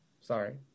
Sorry